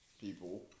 people